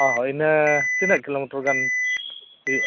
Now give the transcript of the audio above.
ᱦᱳᱭ ᱦᱳᱭ ᱤᱱᱟᱹ ᱛᱤᱱᱟᱹᱜ ᱠᱤᱞᱳᱢᱤᱴᱟᱨ ᱜᱟᱱ ᱦᱩᱭᱩᱜᱼᱟ